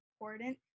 important